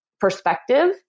perspective